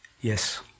Yes